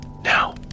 Now